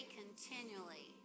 continually